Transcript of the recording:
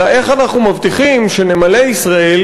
אלא איך אנחנו מבטיחים שנמלי ישראל